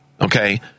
okay